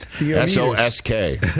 S-O-S-K